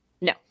no